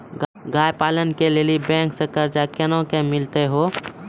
गाय पालन के लिए बैंक से कर्ज कोना के मिलते यो?